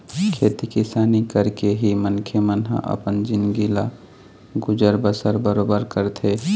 खेती किसानी करके ही मनखे मन ह अपन जिनगी के गुजर बसर बरोबर करथे